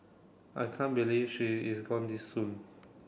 I can't believe she is gone this soon